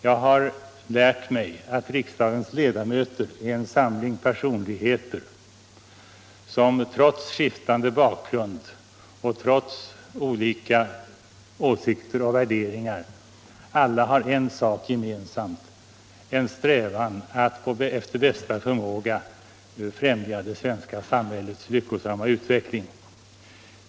Jag har lärt mig att riksdagens ledamöter är en samling personligheter, som -— trots skiftande bakgrund och trots olika åsikter och värderingar — alla har en sak gemensam: en strävan att efter bästa förmåga främja det svenska samhällets lyckosamma utveckling.